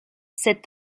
cet